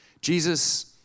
Jesus